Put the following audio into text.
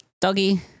doggy